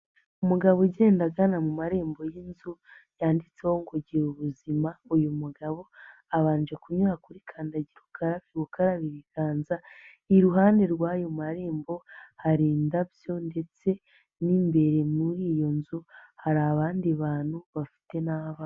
Umugabo ugenda agana mu marembo y'inzu, yanditseho ngo gira ubuzima, uyu mugabo, abanje kunyura kuri kandagira ukarabe gukaraba ibiganza, iruhande rw'ayo marembo, hari indabyo ndetse n'imbere muri iyo nzu, hari abandi bantu, bafite n'abana.